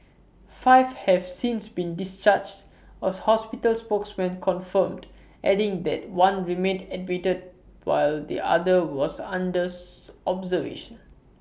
five have since been discharged A hospital spokesperson confirmed adding that one remained admitted while the other was under observation